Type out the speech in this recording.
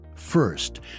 First